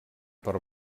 per